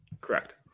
Correct